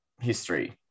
history